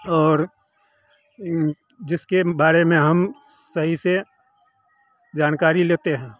और जिसके बारे में हम सही से जानकारी लेते हैं